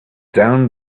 down